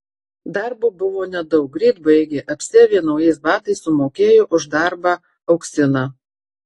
darbo buvo nedaug greit baigė apsiavė naujais batais sumokėjo už darbą auksiną